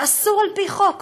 וזה אסור על-פי חוק,